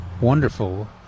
wonderful